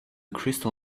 crystal